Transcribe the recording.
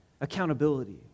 accountability